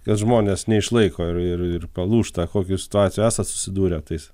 kad žmonės neišlaiko ir ir palūžta kokius situacijų esat susidūrę tais